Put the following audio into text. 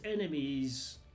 enemies